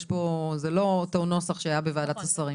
זה לא אותו נוסח שהיה בוועדת השרים.